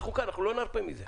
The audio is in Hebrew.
אנחנו כאן, לא נרפה מזה.